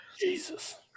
Jesus